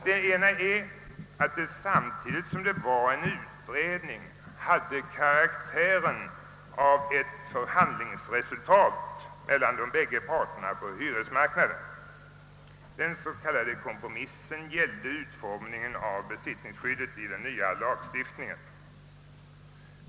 Det ena är att hyreslagstiftningssakkunnigas betänkande samtidigt som det var en utredning hade karaktären av ett förhandlingsresultat mellan de bägge parterna på hyresmarknaden. Den s.k. kompromissen gällde utformningen av besittningsskyddet i den nya lagstiftningen.